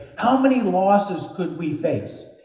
how many losses could we face,